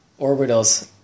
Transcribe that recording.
Orbitals